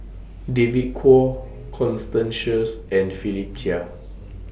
David Kwo Constance Sheares and Philip Chia